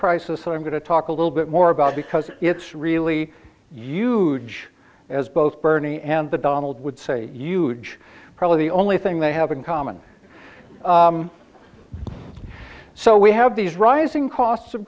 crisis i'm going to talk a little bit more about because it's really huge as both bernie and the donald would say huge probably the only thing they have in common so we have these rising costs of